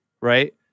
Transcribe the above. right